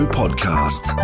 podcast